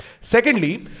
Secondly